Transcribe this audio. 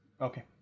Okay